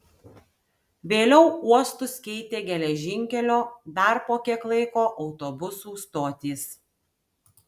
vėliau uostus keitė geležinkelio dar po kiek laiko autobusų stotys